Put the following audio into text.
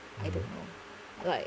I don't know like